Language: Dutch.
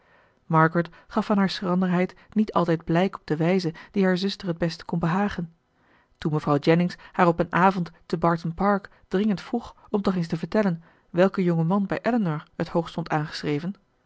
margaret gaf van haar schranderheid niet altijd blijk op de wijze die haar zuster het best kon behagen toen mevrouw jennings haar op een avond te barton park dringend vroeg om toch eens te vertellen welke jonge man bij elinor het hoogst stond aangeschreven